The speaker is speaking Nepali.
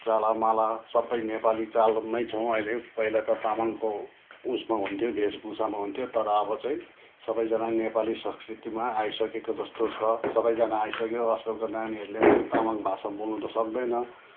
चालामाला सबै नेपाली चालमै छौँ अहिले पहिला त तामाङको उसमा हुन्थ्यो वेशभूषामा हुन्थ्यौँ तर अब चाहिँ सबैजना नेपाली संस्कृतिमा आइसकेको जस्तो छ सबैजना आइसक्यो आजकलको नानीहरूले पनि तामाङ भाषा बोल्नु त सक्दैन